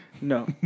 no